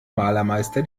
malermeister